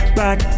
back